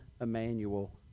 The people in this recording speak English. Emmanuel